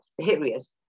serious